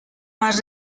más